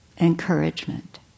encouragement